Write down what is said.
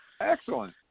Excellent